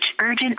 Urgent